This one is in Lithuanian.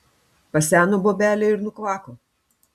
paseno bobelė ir nukvako